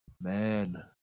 Man